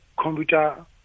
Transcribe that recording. computer